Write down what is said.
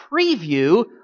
preview